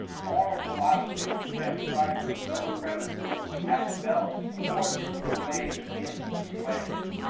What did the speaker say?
moral philosophies which have started from such premises have developed four typical ways of dealing with the question.